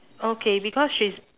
okay because she's